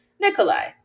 Nikolai